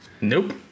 Nope